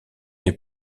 les